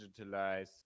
digitalize